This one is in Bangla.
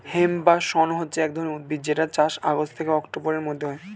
হেম্প বা শণ হচ্ছে এক ধরণের উদ্ভিদ যেটার চাষ আগস্ট থেকে অক্টোবরের মধ্যে হয়